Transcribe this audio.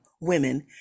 women